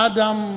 Adam